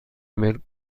ملک